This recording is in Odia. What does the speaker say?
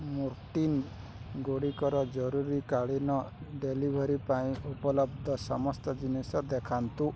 ମୋର୍ଟିନ୍ଗୁଡ଼ିକର ଜରୁରୀକାଳୀନ ଡେଲିଭରି ପାଇଁ ଉପଲବ୍ଧ ସମସ୍ତ ଜିନିଷ ଦେଖାନ୍ତୁ